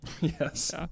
yes